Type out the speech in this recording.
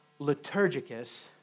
liturgicus